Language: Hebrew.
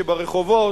שברחובות,